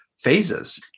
phases